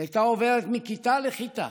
היא הייתה עוברת מכיתה לכיתה